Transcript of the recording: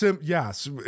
Yes